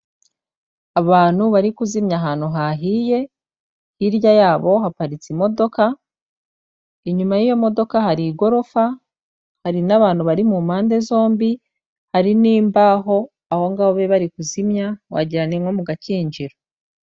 Abantu bari kuzimya ahantu hahiye, hirya yabo haparitse imodoka, inyuma y'iyo modoka hari igorofa, hari n'abantu bari mu mpande zombi, hari n'imbaho aho ngabe bari kuzimya wagira ni nko mu gakinjiro.